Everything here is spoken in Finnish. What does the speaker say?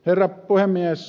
herra puhemies